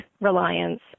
reliance